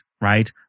right